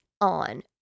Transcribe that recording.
on